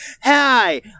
hi